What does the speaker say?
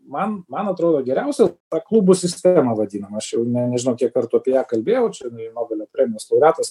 man man atrodo geriausia ta klubų sistema vadinama aš jau ne nežinau kiek kartų apie ją kalbėjau čia nobelio premijos laureatas